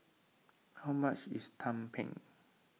how much is Tumpeng